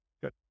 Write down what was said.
Good